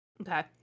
Okay